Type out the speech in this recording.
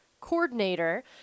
coordinator